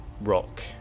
rock